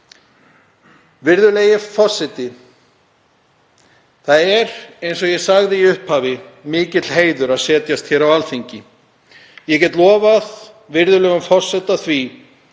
Virðulegi forseti. Það er eins og ég sagði í upphafi mikill heiður að setjast á Alþingi. Ég get lofað virðulegum forseta því